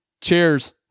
Cheers